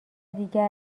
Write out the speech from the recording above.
دیگر